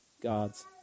God's